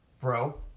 bro